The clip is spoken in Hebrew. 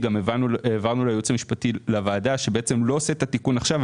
והבהרנו ליועץ המשפטי לוועדה שהוא לא עושה את התיקון עכשיו,